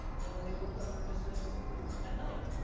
and then they worked on their business at night.